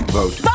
vote